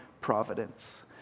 providence